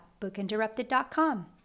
bookinterrupted.com